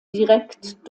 direkt